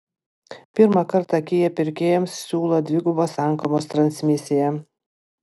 pirmą kartą kia pirkėjams siūlo dvigubos sankabos transmisiją